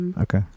Okay